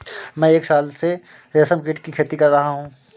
मैं एक साल से रेशमकीट की खेती कर रहा हूँ